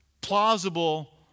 plausible